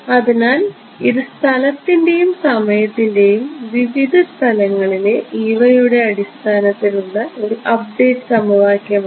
അതിനാൽ ഇത് സ്ഥലത്തിന്റെയും സമയത്തിന്റെയും വിവിധ സ്ഥലങ്ങളിലെ യുടെ അടിസ്ഥാനത്തിൽ ഉള്ള ഒരു അപ്ഡേറ്റ് സമവാക്യമാണ്